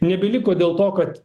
nebeliko dėl to kad